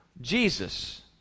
Jesus